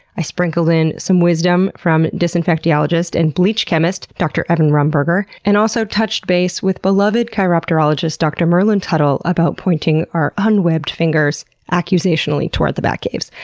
i sprinkled in some wisdom from disinfectiologist and bleach chemist, dr. evan rumberger, and also touched base with beloved chiropterologist dr. merlin tuttle about pointing our unwebbed fingers accusationally toward the bat caves.